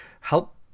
help